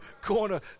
corner